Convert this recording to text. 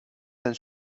ten